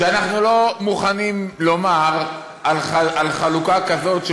שאנחנו לא מוכנים לומר על חלוקה כזאת,